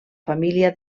família